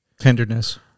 tenderness